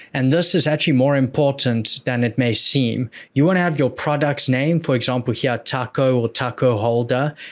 and this is actually more important than it may seem. you want to have your products name, for example, here, taco or taco holder,